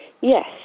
Yes